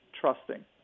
trusting